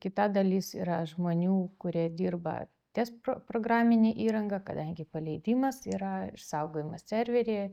kita dalis yra žmonių kurie dirba ties pro programine įranga kadangi paleidimas yra išsaugojimas serveryje